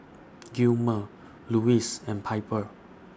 Gilmer Louise and Piper